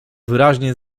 wyraźnie